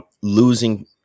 losing